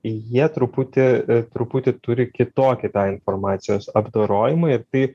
jie truputį truputį turi kitokį informacijos apdorojimą ir tai